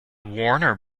warner